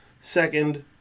Second